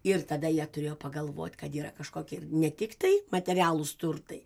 ir tada jie turėjo pagalvot kad yra kažkokie ir ne tiktai materialūs turtai